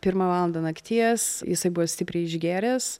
pirmą valandą nakties jisai buvo stipriai išgėręs